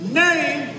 name